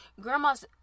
Grandma's